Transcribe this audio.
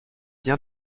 bien